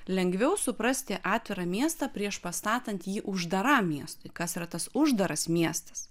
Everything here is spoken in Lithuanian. lengviau suprasti atvirą miestą priešpastatant jį uždaram miestui kas yra tas uždaras miestas